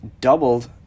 doubled